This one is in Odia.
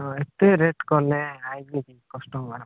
ହଁ ଏତେ ରେଟ୍ କଲେ ଆସିବେନି କଷ୍ଟମର୍ ମାନେ